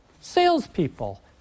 salespeople